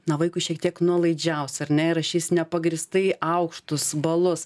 na vaikui šiek tiek nuolaidžiaus ar ne ir rašys nepagrįstai aukštus balus